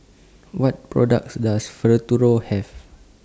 What products Does Have